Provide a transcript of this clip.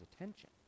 attention